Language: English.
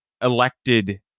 elected